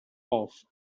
off